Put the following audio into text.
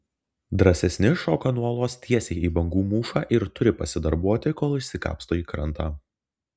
drąsesni šoka nuo uolos tiesiai į bangų mūšą ir turi pasidarbuoti kol išsikapsto į krantą